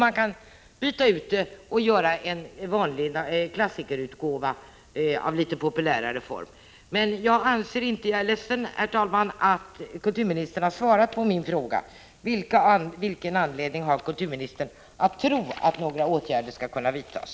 Man kunde ge ut en vanlig klassikerutgåva i något populärare form. Jag är ledsen att kulturministern inte har svarat på min fråga: Vilken anledning har kulturministern att tro att några åtgärder skall kunna vidtas?